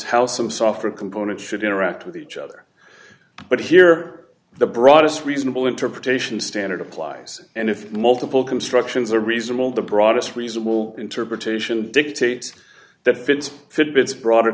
how some software components should interact with each other but here the broadest reasonable interpretation standard applies and if multiple constructions are reasonable the broadest reasonable interpretation dictates that fits fit bits broader